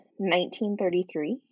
1933